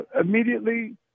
immediately